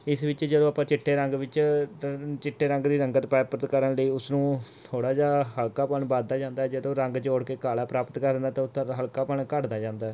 ਇਸ ਵਿੱਚ ਜਦੋਂ ਆਪਾਂ ਚਿੱਟੇ ਰੰਗ ਵਿੱਚ ਚਿੱਟੇ ਰੰਗ ਦੀ ਰੰਗਤ ਪ੍ਰਾਪਤ ਕਰਨ ਲਈ ਉਸਨੂੰ ਥੋੜ੍ਹਾ ਜਿਹਾ ਹਲਕਾਪਣ ਵਧਦਾ ਜਾਂਦਾ ਜਦੋਂ ਰੰਗ ਜੋੜ ਕੇ ਕਾਲਾ ਪ੍ਰਾਪਤ ਕਰਨਾ ਤਾਂ ਉੱਥੇ ਦਾ ਹਲਕਾਪਣ ਘਟਦਾ ਜਾਂਦਾ